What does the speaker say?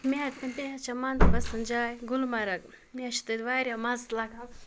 مےٚ حظ چھَس تہِ حظ چھَس من پسنٛد جاے گُلمرٕگ مےٚ حظ چھِ تَتہِ واریاہ مَزٕ لَگان